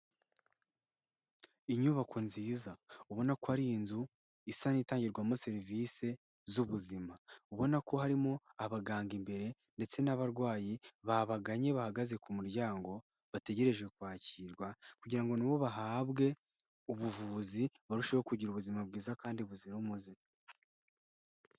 Inyubako nziza ubona ko ari inzu isa n'itangirwamo serivisi z'ubuzima, ubona ko harimo abaganga imbere ndetse n'abarwayi babagannye bahagaze ku muryango, bategereje kwakirwa kugira na bo bahabwe ubuvuzi, barusheho kugira ubuzima bwiza kandi buzira umuze.